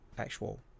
Actual